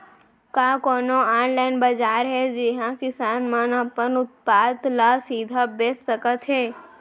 का कोनो अनलाइन बाजार हे जिहा किसान मन अपन उत्पाद ला सीधा बेच सकत हे?